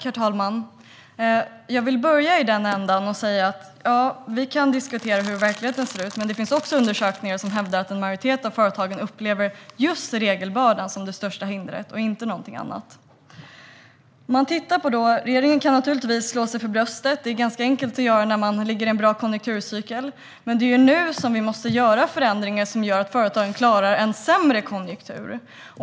Herr talman! Vi kan diskutera hur verkligheten ser ut, men det finns också undersökningar som hävdar att en majoritet av företagen upplever just regelbördan som det största hindret - inte något annat. Regeringen kan naturligtvis slå sig för bröstet. Det är enkelt att göra när man ligger i en bra konjunkturcykel. Men det är nu vi måste genomföra förändringar som gör att företagen klarar en sämre konjunktur.